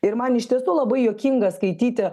ir man iš tiesų labai juokinga skaityti